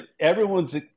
Everyone's –